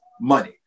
money